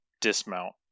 dismount